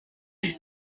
neu